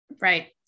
Right